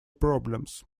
problems